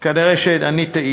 אני כנראה טעיתי.